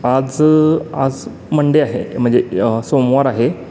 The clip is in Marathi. आज आज मंडे आहे म्हणजे सोमवार आहे